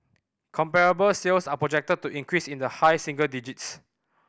comparable sales are projected to increase in the high single digits